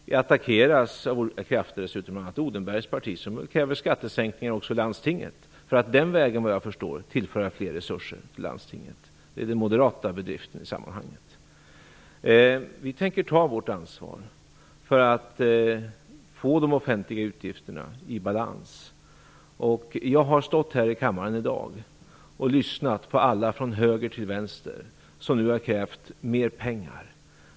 Vi attackeras dessutom av olika krafter, bl.a. av Mikael Odenbergs parti, som kräver skattesänkningar också i landstinget för att den vägen tillföra fler resurser till landstinget. Det är den moderata bedriften i sammanhanget. Vi tänker ta vårt ansvar för att få de offentliga utgifterna i balans. Jag har i dag här i kammaren lyssnat på alla från höger till vänster som har krävt mer pengar.